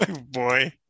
Boy